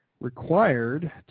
required